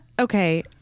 okay